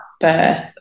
birth